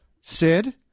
Sid